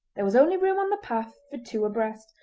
there was only room on the path for two abreast,